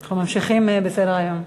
אנחנו ממשיכים בסדר-היום.